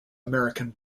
american